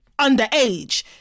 underage